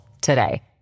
today